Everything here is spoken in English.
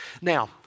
Now